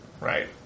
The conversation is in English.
Right